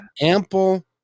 ample